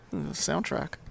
Soundtrack